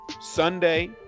Sunday